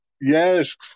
yes